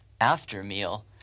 after-meal